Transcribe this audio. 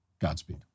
Godspeed